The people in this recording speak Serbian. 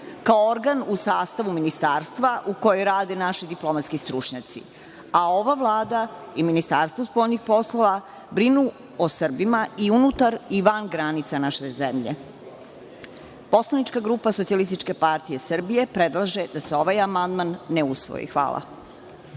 kao organ u sastavu Ministarstva u kojoj rade naši diplomatski stručnjaci, a ova Vlada i Ministarstvo spoljnih poslova brinu o Srbima i unutar i van granica naše zemlje. Poslanička grupa SPS predlaže da se ovaj amandman ne usvoji. Hvala